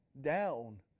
down